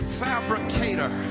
fabricator